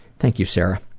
thank you sarah,